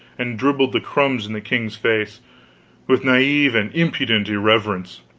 and dribbled the crumbs in the king's face with naive and impudent irreverence.